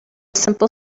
simple